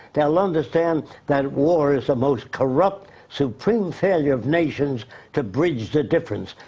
they'll understand that war is the most corrupt supreme failure of nations to bridge the difference.